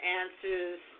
answers